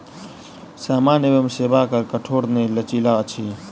सामान एवं सेवा कर कठोर नै लचीला अछि